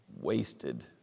wasted